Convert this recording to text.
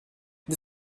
dès